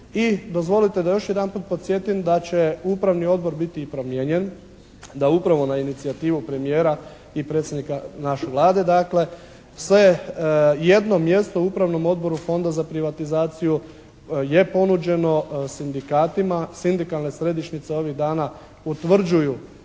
I dozvolite da još jedanput podsjetim da će Upravni odbor biti i promijenjen. Da upravo na inicijativu premijera i predsjednika naše Vlade dakle se jedno mjesto u Upravnom odboru Fonda za privatizaciju je ponuđeno sindikatima. Sindikalne središnjice ovih dana utvrđuju